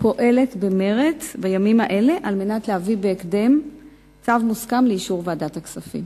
פועלת במרץ בימים האלה להביא בהקדם צו מוסכם לאישור ועדת הכספים.